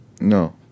No